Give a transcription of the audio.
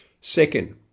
Second